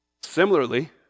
Similarly